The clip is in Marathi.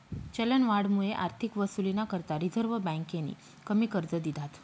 चलनवाढमुये आर्थिक वसुलीना करता रिझर्व्ह बँकेनी कमी कर्ज दिधात